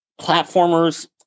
Platformers